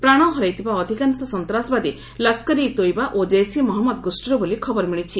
ପ୍ରାଣ ହରାଇଥିବା ଅଧିକାଂଶ ସନ୍ତାସବାଦୀ ଲସ୍କର ଇ ତୋଇବା ଓ ଜୈସେ ମହମ୍ମଦ ଗୋଷୀର ବୋଲି ଖବର ମିଳିଛି